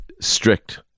strict